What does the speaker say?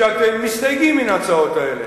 שאתם מסתייגים מן ההצעות האלה.